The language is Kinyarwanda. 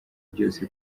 byose